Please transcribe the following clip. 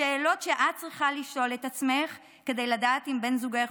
השאלות שאת צריכה לשאול את עצמך כדי לדעת אם בן זוגך